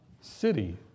city